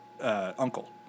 uncle